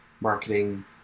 marketing